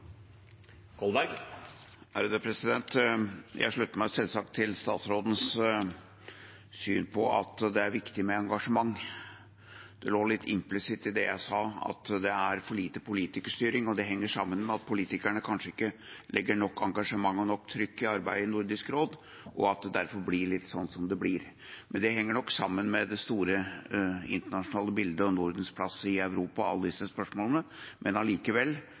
de strategiske hovedsatsingsområdene. Det er mange elementer som vi skal jobbe videre med, og struktur er en naturlig oppfølging av den diskusjonen. Jeg slutter meg selvsagt til statsrådens syn på at det er viktig med engasjement. Det lå litt implisitt i det jeg sa, at det er for lite politikerstyring, og det henger sammen med at politikerne kanskje ikke legger nok engasjement i og nok trykk på arbeidet i Nordisk råd, og at det derfor blir litt sånn som det blir. Det henger nok sammen med det store internasjonale bildet om Nordens